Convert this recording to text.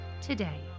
today